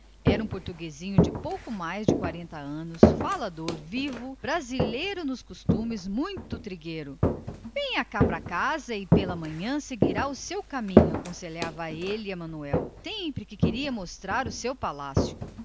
era um portuguesinho de meia-idade falador vivo brasileiro nos costumes e trigueiro como um caboclo venha cá pra casa e pela manhãzinha seguirá o seu caminho oferecia ele ao negociante sempre lhe quero mostrar o meu palácio